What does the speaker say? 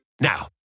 Now